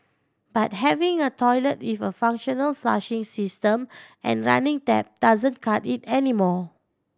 but having a toilet if a functional flushing system and running tap doesn't cut it anymore